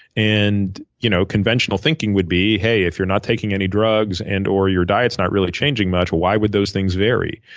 and you know conventional thinking would be, hey, if you're not taking any drugs and or your diet's not really changing much, why would those things vary?